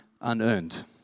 unearned